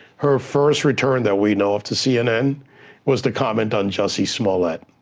her first return that we know of to cnn was to comment on jussie smollett.